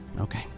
Okay